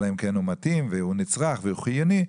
אלא אם כן הוא מתאים והוא נצרך והוא חיוני,